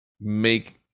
make